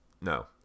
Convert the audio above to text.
No